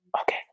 Okay